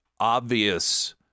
Obvious